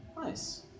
Nice